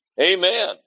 Amen